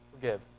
Forgive